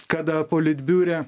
kada politbiure